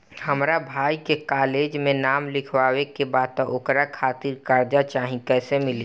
हमरा भाई के कॉलेज मे नाम लिखावे के बा त ओकरा खातिर कर्जा चाही कैसे मिली?